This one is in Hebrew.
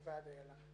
של ועד איל"ה.